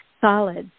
solids